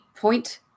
point